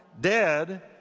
dead